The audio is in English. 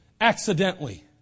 accidentally